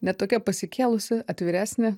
ne tokia pasikėlusi atviresnė